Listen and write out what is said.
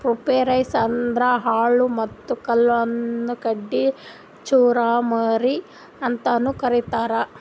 puffed rice ಅಂದ್ರ ಅಳ್ಳ ಮತ್ತ್ ಕೆಲ್ವನ್ದ್ ಕಡಿ ಚುರಮುರಿ ಅಂತಾನೂ ಕರಿತಾರ್